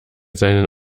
seinen